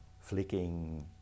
flicking